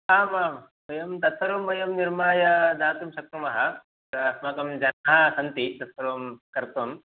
आम् आं वयं तत्सर्वं वयं निर्माय दातुं शक्नुमः अस्माकं जनाः सन्ति तत्सर्वं कर्तुम्